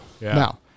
Now